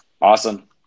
Awesome